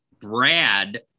brad